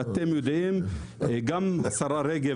השרה רגב,